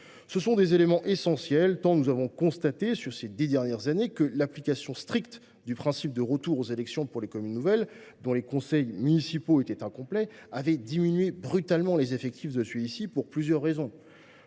Ce sont des éléments essentiels tant nous avons constaté, ces dix dernières années, que l’application stricte du principe de retour aux élections pour les communes nouvelles dont le conseil municipal était incomplet avait diminué brutalement les effectifs de celui ci pour plusieurs raisons.